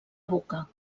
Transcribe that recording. boca